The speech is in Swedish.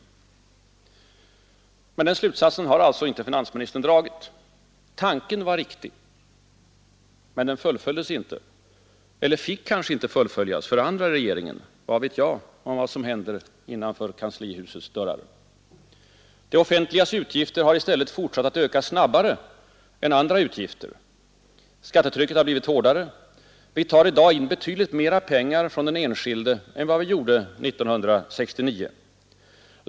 Men den slutsatsen har finansministern alltså inte dragit. Tanken var riktig. Men den fullföljdes inte. Eller fick kanske inte fullföljas för andra i regeringen, vad vet jag om vad som händer innanför kanslihusets dörrar? Det offentligas utgifter har i stället fortsatt att öka snabbare än andra utgifter. Skattetrycket har blivit hårdare. Vi tar i dag in betydligt mera pengar från den enskilde än vad vi gjorde 1969.